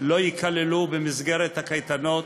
לא ייכללו במסגרת הקייטנות,